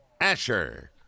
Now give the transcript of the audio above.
Asher